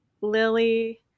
Lily